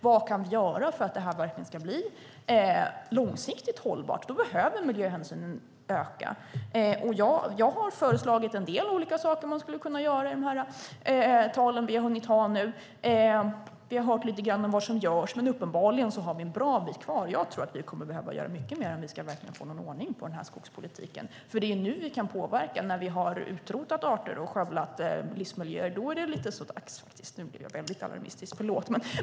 Vad kan vi göra för att det här verkligen ska bli långsiktigt hållbart? Då behöver miljöhänsynen öka. Jag har föreslagit en del olika saker som man skulle kunna göra, i de tal vi har hunnit ha nu. Vi har hört lite grann om vad som görs, men uppenbarligen har vi en bra bit kvar. Jag tror att vi kommer att behöva göra mycket mer om vi verkligen ska få någon ordning på den här skogspolitiken. Det är nu vi kan påverka. När vi har utrotat arter och skövlat livsmiljöer är det så dags. Nu blev jag väldigt alarmistisk. Förlåt!